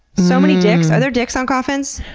so many dicks. are there dicks on coffins?